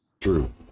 true